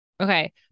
Okay